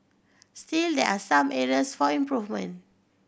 still there are some areas for improvement